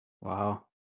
wow